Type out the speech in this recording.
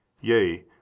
Yea